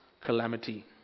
calamity